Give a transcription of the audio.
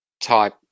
type